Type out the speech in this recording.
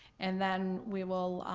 and then we will